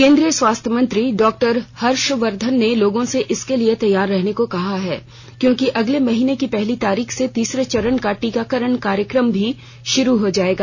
केंद्रीय स्वास्थ्य मंत्री डॉक्टर हर्षवर्धन ने लोगों से इसके लिए तैयार रहने को कहा है क्योंकि अगले महीने की पहली तारीख से तीसरे चरण का टीकाकरण कार्यक्रम भी शुरू हो जायेगा